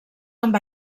amb